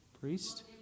priest